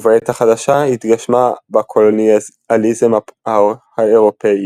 ובעת החדשה התגשמה בקולוניאליזם האירופאי